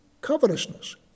covetousness